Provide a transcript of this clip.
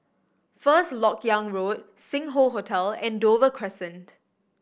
First Lok Yang Road Sing Hoe Hotel and Dover Crescent